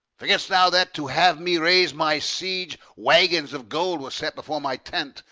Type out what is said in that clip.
forgett'st thou that, to have me raise my siege, waggons of gold were set before my tent,